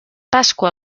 pasqua